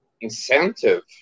incentive